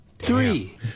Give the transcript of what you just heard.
three